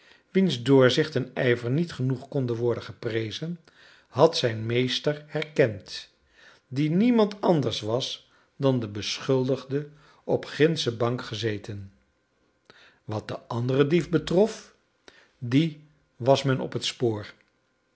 wiens doorzicht en ijver niet genoeg konden worden geprezen had zijn meester herkend die niemand anders was dan de beschuldigde op gindsche bank gezeten wat den anderen dief betrof dien was men op het spoor